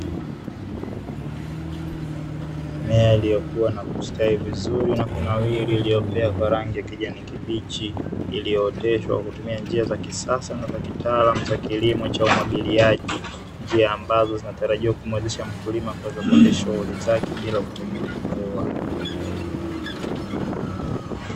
Mimea iliyokuwa na kusatwi vizuri na kunawiri iliyomea kwa rangi ya kijani kibichi, iliyooteshwa kwa kutumia njia za kisasa na za kitaalamu za kilimo cha umwagiliaji, njia ambazo zinatarajia kumuwezesha mkulima kuweza kuendesha shughuli zake bila kutegemea mvua.